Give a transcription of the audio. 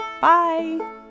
Bye